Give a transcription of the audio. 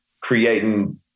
creating